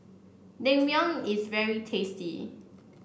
Naengmyeon is very tasty